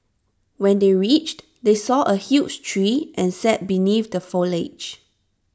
when they reached they saw A huge tree and sat beneath the foliage